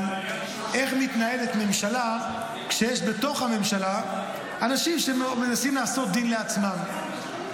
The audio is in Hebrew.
על איך מתנהלת ממשלה כשיש בתוך הממשלה אנשים שמנסים לעשות דין לעצמם.